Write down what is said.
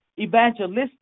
evangelistic